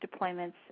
deployments